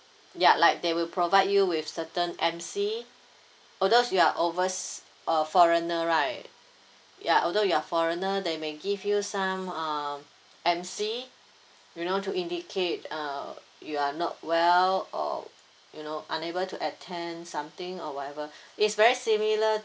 ya like they will provide you with certain M_C although if you are overs~ a foreigner right ya although you are foreigner they may give you some um M_C you know to indicate uh you are not well or you know unable to attend something or whatever is very similar